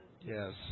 Yes